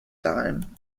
time